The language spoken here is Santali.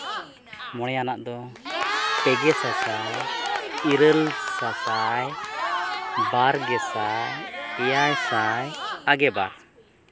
ᱢᱚᱬᱮᱭᱟᱱᱟᱜ ᱫᱚ ᱯᱮᱜᱮ ᱥᱟᱥᱟᱭ ᱤᱨᱟᱹᱞ ᱥᱟᱥᱟᱭ ᱵᱟᱨ ᱜᱮᱥᱟᱭ ᱮᱭᱟᱭ ᱥᱟᱭ ᱟᱜᱮ ᱵᱟᱨ